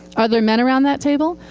are there men around that table?